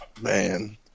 Man